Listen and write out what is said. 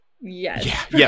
yes